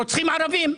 רוצחים ערבים,